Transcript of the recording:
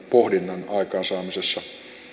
pohdinnan aikaansaamisessa